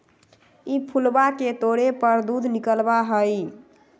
ई फूलवा के तोड़े पर दूध निकला हई